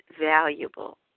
valuable